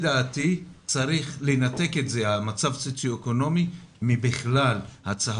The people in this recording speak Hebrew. לדעתי צריך לנתק את המצב הסוציו-אקונומי מהצהרונים,